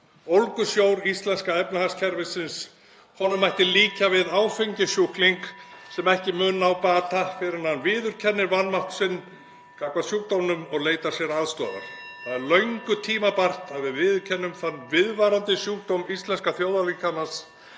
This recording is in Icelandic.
Ólgusjó íslenska efnahagskerfisins (Forseti hringir.) mætti líkja við áfengissjúkling sem ekki mun ná bata fyrr en hann viðurkennir vanmátt sinn gagnvart sjúkdómnum og leitar sér aðstoðar. Það er löngu tímabært að við viðurkennum þann viðvarandi sjúkdóm íslenska þjóðarlíkamans